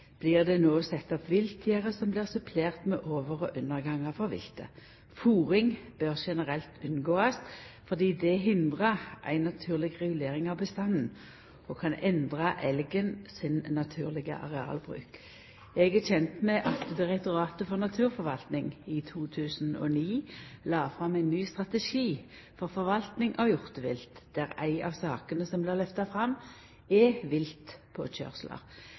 blir det no sett opp viltgjerde som blir supplerte med over- og undergangar for viltet. Fôring bør generelt unngåast fordi det hindrar ei naturleg regulering av bestanden og kan endra elgen sin naturlege arealbruk. Eg er kjend med at Direktoratet for naturforvaltning i 2009 la fram ein ny strategi for forvalting av hjortevilt, der ei av sakene som blir lyfta fram, er